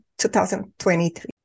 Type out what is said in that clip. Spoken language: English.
2023